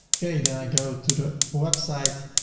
okay. then i go to the website.